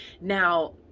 Now